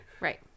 Right